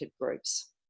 groups